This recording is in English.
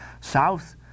south